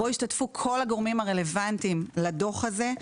בו השתתפו כל הגורמים הרלוונטיים לדוח הזה.